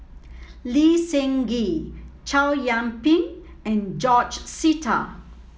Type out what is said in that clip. Lee Seng Gee Chow Yian Ping and George Sita